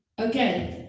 Okay